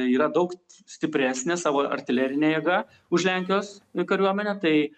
yra daug stipresnė savo artilerine jėga už lenkijos kariuomenę tai